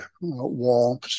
wall